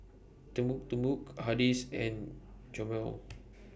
Timbuk Timbuk Hardy's and Chomel